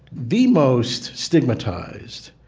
the most stigmatized